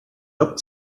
job